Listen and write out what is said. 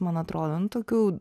man atrodo nu tokių